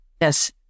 Yes